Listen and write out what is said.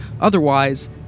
otherwise